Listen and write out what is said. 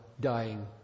dying